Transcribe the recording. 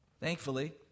Thankfully